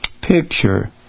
picture